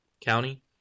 County